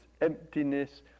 emptiness